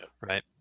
right